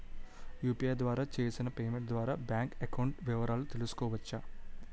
UPI ద్వారా చేసిన payment ద్వారా బ్యాంక్ అకౌంట్ వివరాలు తెలుసుకోవచ్చ?